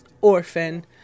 orphan